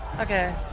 Okay